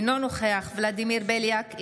אינו נוכח ולדימיר בליאק,